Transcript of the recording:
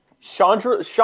Chandra